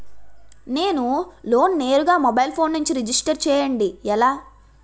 నేను లోన్ నేరుగా mobile phone నుంచి రిజిస్టర్ చేయండి ఎలా?